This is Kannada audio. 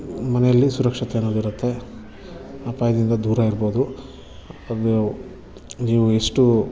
ಮನೆಯಲ್ಲಿ ಸುರಕ್ಷತೆ ಅನ್ನೋದಿರತ್ತೆ ಅಪಾಯದಿಂದ ದೂರ ಇರ್ಬೋದು ಅದು ನೀವು ಎಷ್ಟು